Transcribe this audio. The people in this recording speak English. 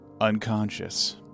unconscious